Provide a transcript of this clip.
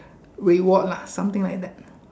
reward lah something like that